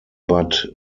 bad